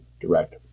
direct